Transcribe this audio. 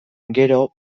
gero